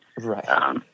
right